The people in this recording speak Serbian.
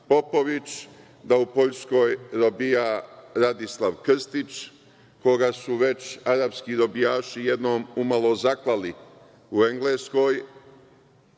da u Poljskoj robija Radislav Krstić, koga su već arapski robijaši jednom umalo zaklali u Engleskoj,